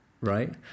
Right